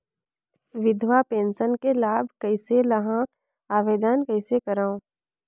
विधवा पेंशन के लाभ कइसे लहां? आवेदन कइसे करव?